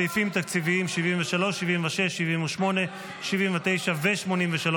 סעיפים תקציביים 73, 76, 78, 79 ו-83,